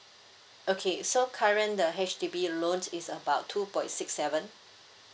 okay so current the H_D_B loan is about two point six seven